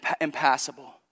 impassable